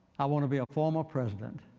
i want to be a former president.